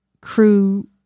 crew